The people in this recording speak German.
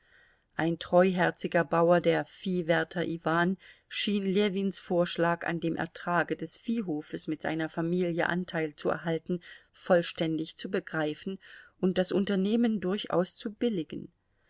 ein treuherziger bauer der viehwärter iwan schien ljewins vorschlag an dem ertrage des viehhofes mit seiner familie anteil zu erhalten vollständig zu begreifen und das unternehmen durchaus zu billigen